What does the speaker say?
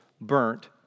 burnt